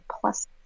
plus